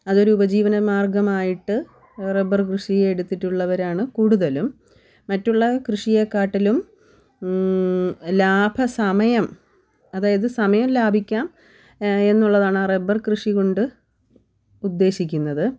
അതൊരു ഉപജീവനമാർഗ്ഗമായിട്ട് റബ്ബർ കൃഷിയെ എടുത്തിട്ടുള്ളവരാണ് കൂടുതലും മറ്റുള്ള കൃഷിയേക്കാട്ടിലും ലാഭസമയം അതായത് സമയം ലാഭിക്കാം എന്നുള്ളതാണ് റബ്ബർ കൃഷികൊണ്ട് ഉദ്ദേശിക്കുന്നത്